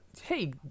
Hey